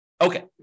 Okay